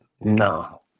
No